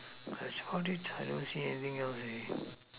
that's how do you I don't see anything else leh